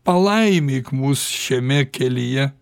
palaimik mus šiame kelyje